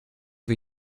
wie